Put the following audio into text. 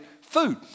food